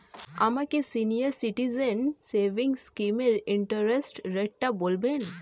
আমাকে senior citizen savings স্কিমের interest রেটটা বলবেন